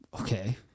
Okay